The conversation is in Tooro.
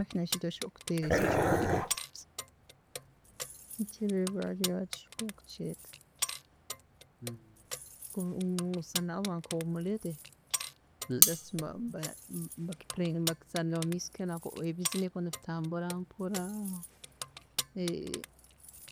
﻿Haroho ekintu ekibarukuteera ekyi ekikooto, eibara ryaakyo nkoku bakukyeeta nikiisana oba nka’omulele, just nibakizaana ha scale, ebizina nibiba nibitambura mpora